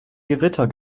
gewitter